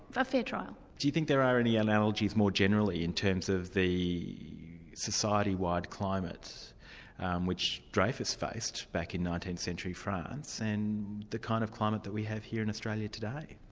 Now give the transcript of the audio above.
a fair trial. do you think there are any analogies more generally, in terms of the society-wide climate and which dreyfus faced back in nineteenth century france, and the kind of climate that we have here in australia today?